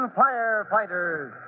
firefighters